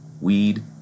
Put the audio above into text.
weed